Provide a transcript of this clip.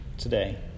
Today